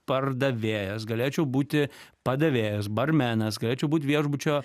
pardavėjas galėčiau būti padavėjas barmenas galėčiau būt viešbučio